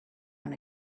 want